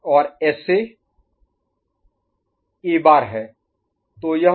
और SA A bar A' है